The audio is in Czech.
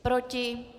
Proti?